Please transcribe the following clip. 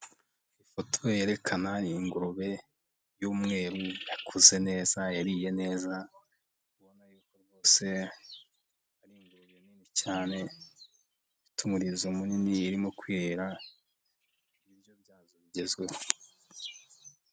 Ifoto yerekana ingurube y'umweru, yakuze neza, yariye neza. Ubona yuko rwose ari ingurube nini cyane. Ifite umurizo munini irimo kwirira ibiryo byazo bigezweho.